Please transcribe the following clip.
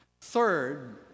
Third